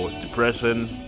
depression